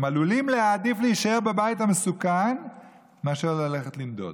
והם עלולים להעדיף להישאר בבית המסוכן מאשר ללכת לנדוד.